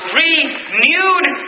renewed